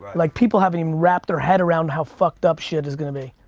like people haven't even wrapped their head around how fucked up shit is gonna be.